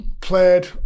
Played